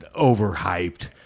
overhyped